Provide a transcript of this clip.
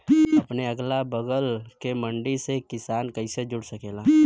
अपने अगला बगल के मंडी से किसान कइसे जुड़ सकेला?